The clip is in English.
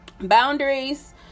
boundaries